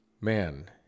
Man